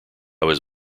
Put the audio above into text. was